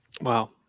Wow